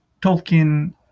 Tolkien